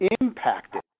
impacted